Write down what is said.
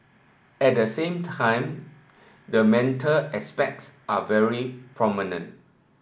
at the same time the mental aspects are very prominent